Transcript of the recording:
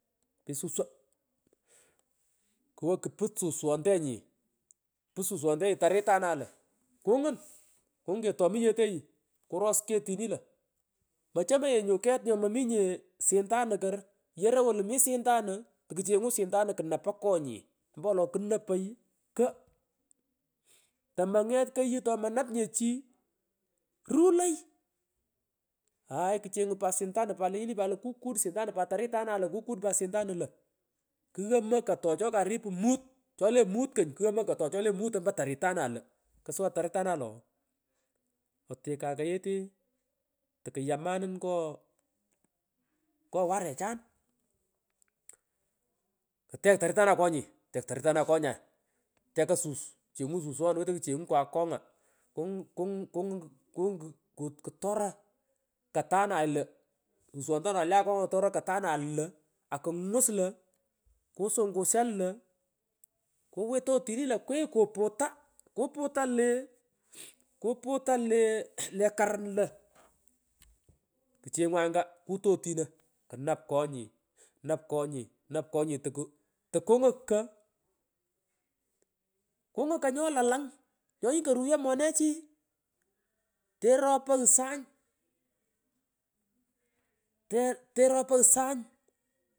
Pit suswo kukung kwo kuput suswontenyi pat susyoontenyi taritanay le kungun kungun ketomi yetenyi kuros ketini lo mochomoy nyunye ket nyoma ominye shindanu nyo kor yoroy wolu mi shindanu tokuchenguy shindanu knapa konyi omopowolo knoy kogh kumung tamanget koyu tomanap nye chii ruloy haay kchengu pat shindanu pat taritanay lo kughomo kotoy choka ripu mut chole mut koy kghomoy kotoy chole mut ompo tartanay lo ksuwa taritanay lo ooh otekan koyete tokuyuyamanunngoi ngo warechan mut kut ketch teritanay konyii tek taritanay konyi nyay teka sus chungu suswon wetoy kchenguy kwakonga kungun k uku ktora katanay lo susoritonay le akonga ktora katanay lo akungus lo kusungusyan lo kwiro otini lo kuwitwita otini kwigh kuputa le kumuny kuputa le ral le karum lo kuchengu angei kuto otino knap konyi nap konyi toku takungun kogh kungun ko nyo lalang nyoghi koruyo monechi tero pogh sany mmh tero pogh sany.